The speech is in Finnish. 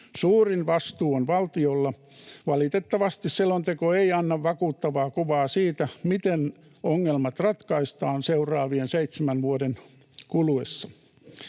Suurin vastuu on valtiolla. Valitettavasti selonteko ei anna vakuuttavaa kuvaa siitä, miten ongelmat ratkaistaan seuraavien seitsemän vuoden kuluessa.